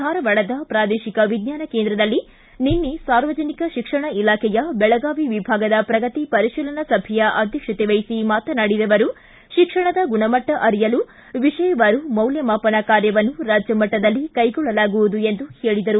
ಧಾರವಾಡದ ಪ್ರಾದೇಶಿಕ ವಿಜ್ಣಾನ ಕೇಂದ್ರದಲ್ಲಿ ನಿನ್ನೆ ಸಾರ್ವಜನಿಕ ಶಿಕ್ಷಣ ಇಲಾಖೆಯ ಬೆಳಗಾವಿ ವಿಭಾಗದ ಪ್ರಗತಿ ಪರಿಶೀಲನಾ ಸಭೆಯ ಅಧ್ವಕ್ಷತೆವಹಿಸಿ ಮಾತನಾಡಿದ ಅವರು ಶಿಕ್ಷಣದ ಗುಣಮಟ್ಟ ಅರಿಯಲು ವಿ ಯವಾರು ಮೌಲ್ಯಮಾಪನ ಕಾರ್ಯವನ್ನು ರಾಜ್ಯ ಮಟ್ಟದಲ್ಲಿ ಕೈಗೊಳ್ಳಲಾಗುವುದು ಎಂದು ಹೇಳಿದರು